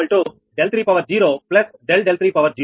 936 degree సరేనా